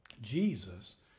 Jesus